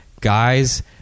guys